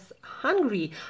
hungry